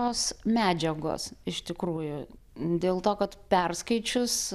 tos medžiagos iš tikrųjų dėl to kad perskaičius